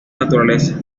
naturaleza